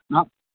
நான்